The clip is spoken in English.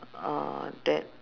uh that